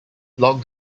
log